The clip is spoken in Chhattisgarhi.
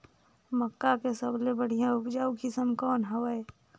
मक्का के सबले बढ़िया उपजाऊ किसम कौन हवय?